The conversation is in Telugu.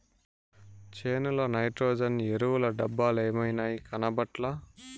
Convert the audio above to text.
చేనుల నైట్రోజన్ ఎరువుల డబ్బలేమైనాయి, కనబట్లా